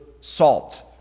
salt